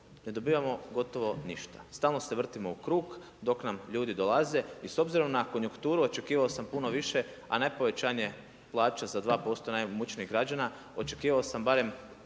ne dobivamo gotovo ništa. Stalno se vrtimo u krug dok nam ljudi dolaze i s obzirom na konjukturu očekivao sam puno više, a ne povećanje plaća za 2% najimućnijim građanima. Očekivao sam barem